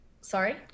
sorry